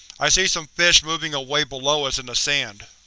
i see some fish moving ah way below us, in the sand.